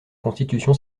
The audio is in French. constitution